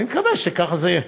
ואני מקווה שכך יהיה.